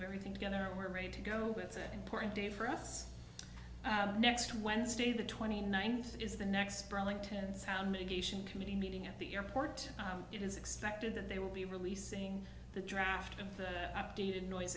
it's everything together and we're ready to go with that important day for us next wednesday the twenty ninth is the next burlington sound mitigation committee meeting at the airport it is expected that they will be releasing the draft of the updated noise